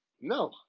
No